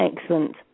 Excellent